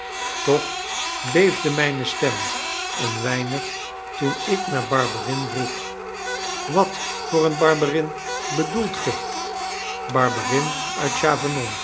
toch beefde mijne stem een weinig toen ik naar barberin vroeg wat voor een barberin bedoelt ge